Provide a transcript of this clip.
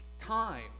time